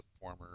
former